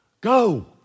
go